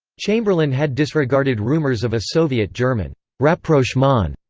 chamberlain had disregarded rumours of a soviet-german rapprochement,